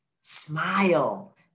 smile